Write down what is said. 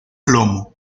plomo